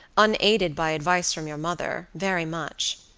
unaided by advice from your mother, very much.